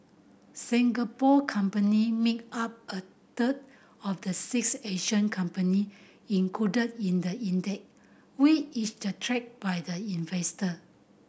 Singapore company made up a third of the six Asian company included in the index which is tracked by the investor